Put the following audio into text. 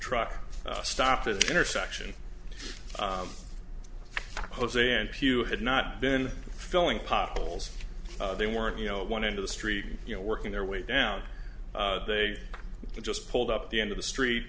truck stop the intersection jose and pew had not been filling potholes they weren't you know one into the street you know working their way down they just pulled up at the end of the street